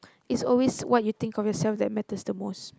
is always what you think of yourself that matters the most